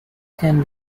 can